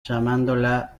llamándola